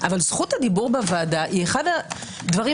הולך לדון בוועדה שאני עוד דקה